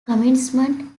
commencement